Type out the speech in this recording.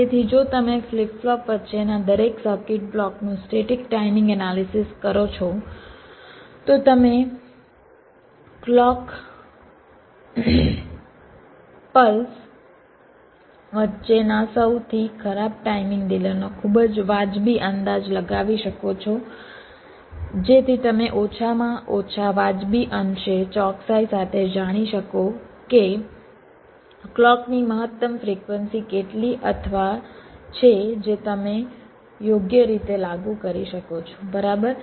તેથી જો તમે ફ્લિપ ફ્લોપ વચ્ચેના દરેક સર્કિટ બ્લોક્સ નું સ્ટેટિક ટાઇમિંગ એનાલિસિસ કરો છો તો તમે ક્લૉક પલ્સ વચ્ચેના સૌથી ખરાબ ટાઇમિંગ ડિલેનો ખૂબ જ વાજબી અંદાજ લગાવી શકો છો જેથી તમે ઓછામાં ઓછા વાજબી અંશે ચોકસાઈ સાથે જાણી શકો કે ક્લૉકની મહત્તમ ફ્રિક્વન્સી કેટલી અથવા છે જે તમે યોગ્ય રીતે લાગુ કરી શકો છો બરાબર